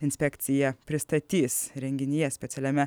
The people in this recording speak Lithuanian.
inspekcija pristatys renginyje specialiame